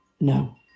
no